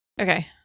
Okay